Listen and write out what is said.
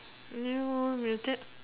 !aiyo! like that